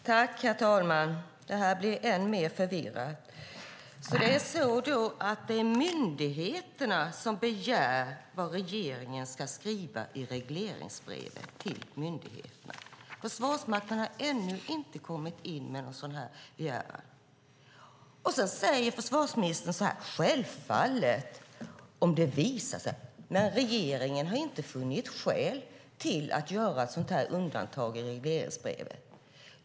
Herr talman! Detta blir än mer förvirrat. Är det myndigheterna som begär vad regeringen ska skriva i regleringsbreven till myndigheterna? Försvarsministern säger att Försvarsmakten ännu inte har kommit in med en begäran. Sedan säger hon: Självfallet, men regeringen har inte funnit skäl att göra ett undantag i regleringsbrevet.